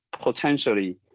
potentially